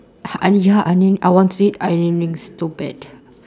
uh oni~ ya onion I want to eat onion rings so bad